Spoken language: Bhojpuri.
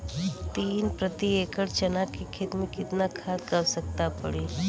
तीन प्रति एकड़ चना के खेत मे कितना खाद क आवश्यकता पड़ी?